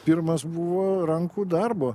pirmas buvo rankų darbo